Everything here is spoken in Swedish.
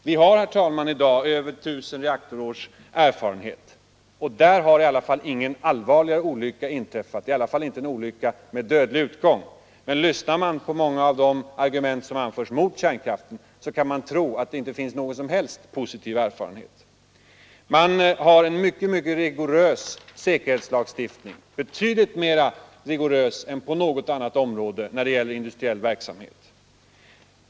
Vi har, herr talman, i dag över tusen reaktorårs erfarenhet, och någon allvarligare olycka har inte inträffat, i alla fall inte någon olycka med 47 dödlig utgång. Men lyssnar man på många av de argument som anförs mot kärnkraften kan man tro att det inte finns någon som helst positiv erfarenhet. Man har en mycket rigorös säkerhetslagstiftning, betydligt mera rigorös än på något annat område när det gäller industriell verksamhet.